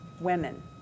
women